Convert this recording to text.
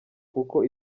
kuko